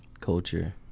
culture